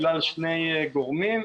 בגלל שני גורמים: